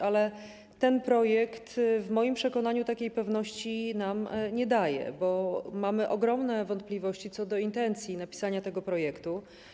Ale ten projekt w moim przekonaniu takiej pewności nam nie daje, bo mamy ogromne wątpliwości co do intencji napisania tego projektu.